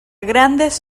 grandes